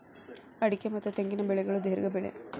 ಅಡಿಕೆ ಮತ್ತ ತೆಂಗಿನ ಬೆಳೆಗಳು ದೇರ್ಘ ಬೆಳೆ